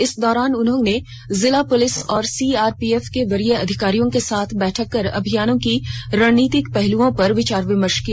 इस दौरान उन्होंने जिला पुलिस और सीआरपीएफ के वरीय अधिकारियों के साथ बैठक कर अभियानों की रणनीतिक पहलुओं पर विचार विमर्श किया